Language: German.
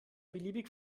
beliebig